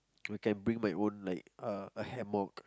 I can bring my own like a hammock